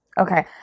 Okay